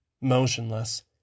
motionless